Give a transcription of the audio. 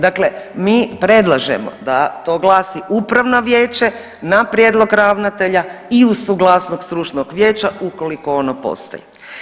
Dakle, mi predlažemo da to glasi upravno vijeće na prijedlog ravnatelja i suglasnost stručnog vijeća ukoliko ono postoji.